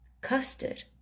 custard